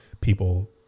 people